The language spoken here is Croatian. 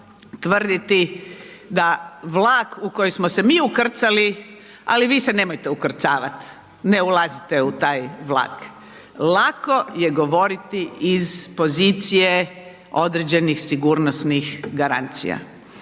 tvrditi da vlak u kojem smo se mi ukrcali, ali vi se nemojte ukrcavati, ne ulazite u taj vlak. Lako je govoriti iz pozicije određenih sigurnosnih garancija.